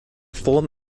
form